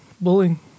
Bullying